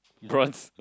bronze